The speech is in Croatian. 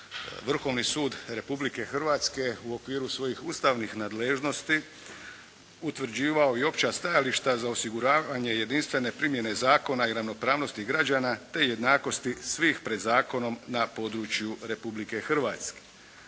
Vrhovni sud Republike Hrvatske u okviru svojih ustavnih nadležnosti utvrđivao i opća stajališta za osiguravanje jedinstvene primjene zakona i ravnopravnosti građana te jednakosti svih pred zakonom na području Republike Hrvatske.